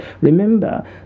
Remember